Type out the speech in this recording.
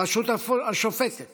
הרשות השופטת